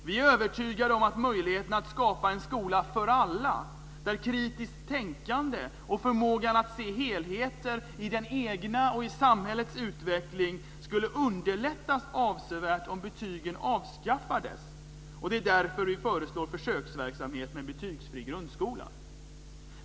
Vi är övertygade om att möjligheterna att skapa en skola för alla, där kritiskt tänkande och förmågan att se helheter i den egna utvecklingen och i samhällets utveckling, skulle underlättas avsevärt om betygen avskaffades, och det är därför vi föreslår försöksverksamhet med betygsfri grundskola.